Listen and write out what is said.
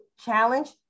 challenge